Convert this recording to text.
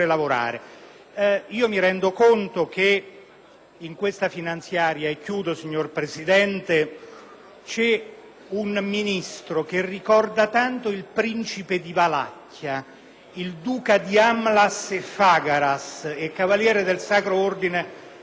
in questa finanziaria - e chiudo, signor Presidente - c'è un Ministro che ricorda tanto il principe di Valacchia, duca di Amlas e Fagaras e cavaliere del Sacro ordine del drago. Ci riferiamo naturalmente